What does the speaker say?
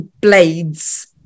blades